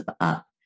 up